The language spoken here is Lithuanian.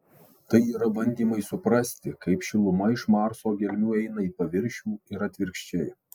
tai yra bandymai suprasti kaip šiluma iš marso gelmių eina į paviršių ir atvirkščiai